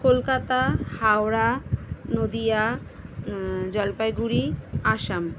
Kolkata Howrah Nadia Jalpaiguri Assam